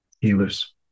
healers